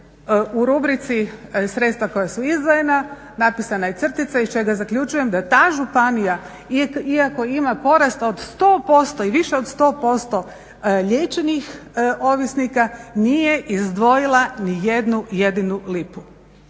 u rubrici sredstva koja su izdvojena napisana je crtica iz čega zaključujem da ta županija iako ima porast od 100% i više od 100% liječenih ovisnika nije izdvojila nijednu jedinu lipu.